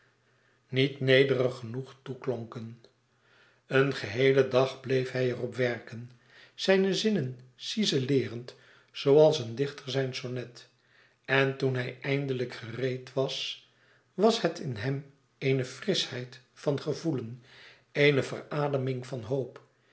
niet nederig genoeg toeklonken een geheelen dag bleef hij er op werken zijne zinnen ciseleerend zooals een dichter zijn sonnet en toen hij eindelijk gereed was was het in hem eene frischheid van gevoelen eene verademing van hoop